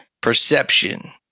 perception